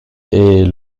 est